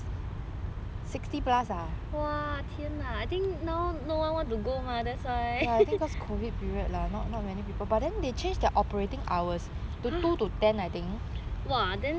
!wah! 天啊 I think now no one want to go mah that's why !huh! !wah! then like that also a bit hard